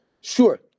Sure